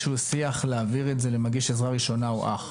שהוא שיח להעביר את זה למגיש עזרה ראשונה או אח.